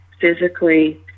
physically